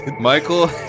Michael